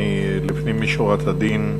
לפנים משורת הדין,